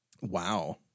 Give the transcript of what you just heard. Wow